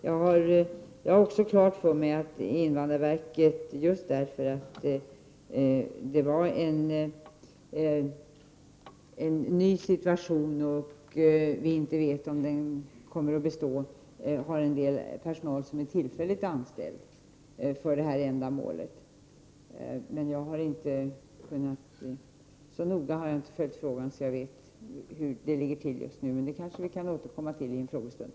Jag har också klart för mig att invandrarverket, just därför att det var en ny situation, som man inte vet om den kommer att bestå, har en del personal som är tillfälligt anställd för detta ändamål. Jag har inte följt frågan så noga att jag vet hur det ligger till just nu, men det kanske vi kan återkomma till vid en frågestund.